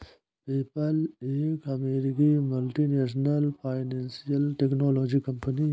PayPal एक अमेरिकी multinational financial technology company है